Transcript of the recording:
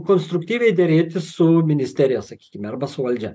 konstruktyviai derėtis su ministerija sakykime arba su valdžia